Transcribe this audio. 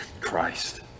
Christ